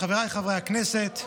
חבריי חברי הכנסת,